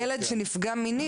ילד שנפגע מינית,